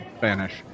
vanish